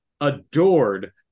adored